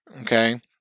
okay